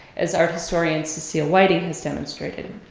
as art historian cecile whiting has demonstrated.